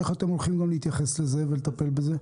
איך אתם מתייחסים לזה ואיך תטפלו בזה?